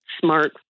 smart